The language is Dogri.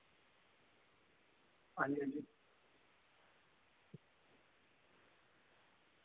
हां जी हां जी